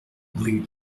rue